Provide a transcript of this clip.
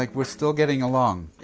like we're still getting along.